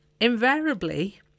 invariably